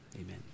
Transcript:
amen